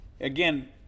Again